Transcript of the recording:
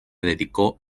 dedicó